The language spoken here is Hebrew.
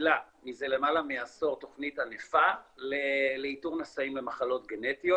מפעילה מזה למעלה מעשור תוכנית ענפה לאיתור נשאים במחלות גנטיות.